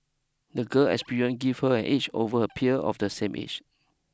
the girl experience gave her an edge over her peer of the same age